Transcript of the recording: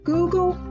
Google